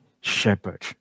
shepherd